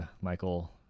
Michael